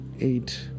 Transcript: eight